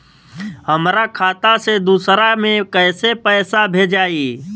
हमरा खाता से दूसरा में कैसे पैसा भेजाई?